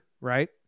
right